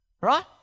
Right